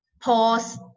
pause